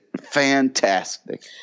fantastic